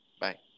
Bye